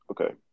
Okay